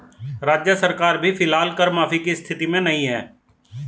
राज्य सरकार भी फिलहाल कर माफी की स्थिति में नहीं है